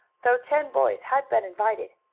though ten boys had been invited.